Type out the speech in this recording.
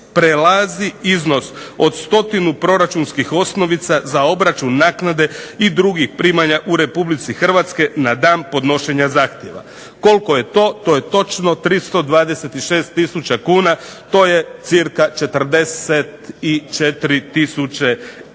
prelazi iznos od stotinu proračunskih osnovica za obračun naknade i drugih primanja u Republici Hrvatske na dan podnošenja zahtjeva. Koliko je to? To je točno 326 tisuća kuna, to je cirka 44 tisuće